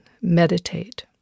meditate